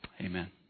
Amen